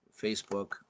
Facebook